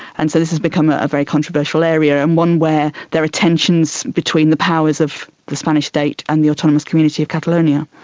and so this has become a very controversial area and one where there are tensions between the powers of the spanish state and the autonomous community of catalonia.